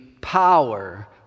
power